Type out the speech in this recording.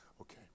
Okay